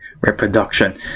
Reproduction